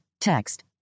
Text